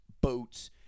boats